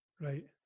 Right